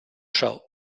show